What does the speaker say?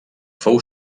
fou